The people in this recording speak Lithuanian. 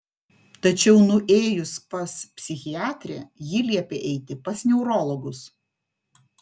tačiau nuėjus pas psichiatrę ji liepė eiti pas neurologus